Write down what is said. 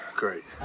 great